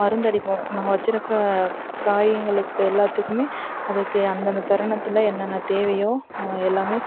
மருந்தடிப்போம் நாங்கள் வச்சிருக்க காய்ங்களுக்கு எல்லாத்துக்குமே அதுக்கு அந்தந்தத் தருணத்தில் என்னென்ன தேவையோ நாங்கள் எல்லாமே